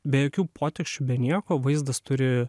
be jokių poteksčių be nieko vaizdas turi